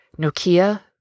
Nokia